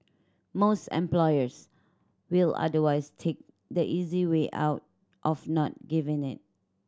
most employers will otherwise take the easy way out of not giving it